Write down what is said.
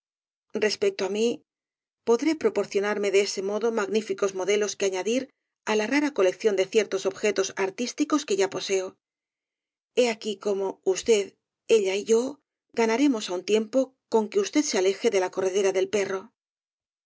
nuevo respecto á mí podré proporcionarme de ese modo magníficos modelos que añadir á la rara colección de ciertos objetos artísticos que ya poseo h e aquí cómo usted ella y yo ganaremos á un tiempo con que usted se aleje de la corredera del perro